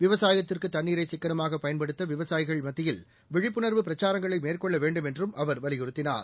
விவசாயத்திற்கு தண்ணீரை சிக்கனமாக பயன்படுத்த விவசாயிகள் மத்தியில் விழிப்புணர்வு பிரச்சாரங்களை மேற்கொள்ள வேண்டும் என்றும் அவர் வலியுறுத்தினார்